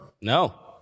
No